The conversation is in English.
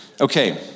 Okay